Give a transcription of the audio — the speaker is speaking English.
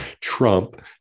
Trump